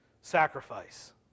sacrifice